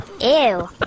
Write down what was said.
Ew